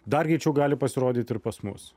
dar greičiau gali pasirodyt ir pas mus